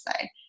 say